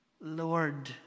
Lord